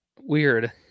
Weird